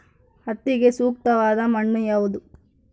ಹತ್ತಿಗೆ ಸೂಕ್ತವಾದ ಮಣ್ಣು ಯಾವುದು?